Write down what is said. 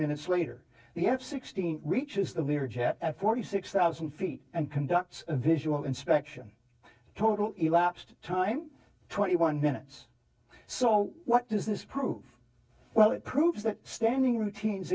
minutes later the f sixteen reaches the lear jet at forty six thousand feet and conducts a visual inspection total elapsed time twenty one minutes so what does this prove well it proves that standing routines